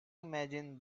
imagine